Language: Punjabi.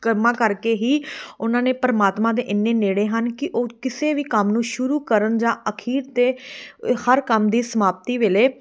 ਕਰਮਾਂ ਕਰਕੇ ਹੀ ਉਹਨਾਂ ਨੇ ਪਰਮਾਤਮਾ ਦੇ ਇੰਨੇ ਨੇੜੇ ਹਨ ਕਿ ਉਹ ਕਿਸੇ ਵੀ ਕੰਮ ਨੂੰ ਸ਼ੁਰੂ ਕਰਨ ਜਾਂ ਅਖੀਰ 'ਤੇ ਹਰ ਕੰਮ ਦੀ ਸਮਾਪਤੀ ਵੇਲੇ